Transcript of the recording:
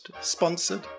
sponsored